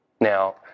Now